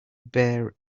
bear